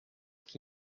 que